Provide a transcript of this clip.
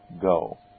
go